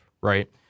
right